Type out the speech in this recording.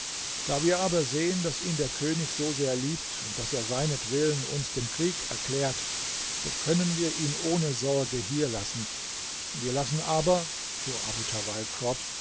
da wir aber sehen daß ihn der könig so sehr liebt daß er seinetwillen uns den krieg erklärt so können wir ihn ohne sorge hier lassen wir lassen aber fahr abu tawaif fort